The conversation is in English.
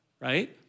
Right